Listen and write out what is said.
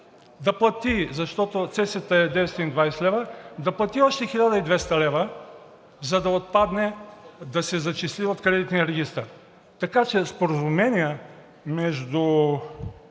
да плати, защото цесията е 920 лв., да плати още 1200 лв., за да отпадне, да се зачисли в кредитния регистър. Така че споразумения между